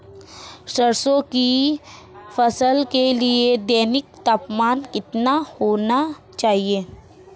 सरसों की फसल के लिए दैनिक तापमान कितना होना चाहिए?